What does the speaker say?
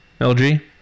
LG